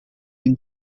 been